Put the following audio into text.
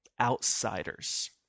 outsiders